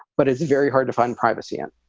but it's very hard to find privacy and